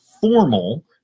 formal